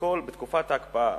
בתקופת ההקפאה,